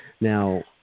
Now